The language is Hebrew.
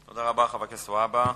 תודה רבה, חבר הכנסת והבה.